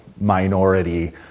minority